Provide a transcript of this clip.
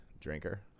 drinker